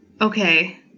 okay